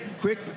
Quick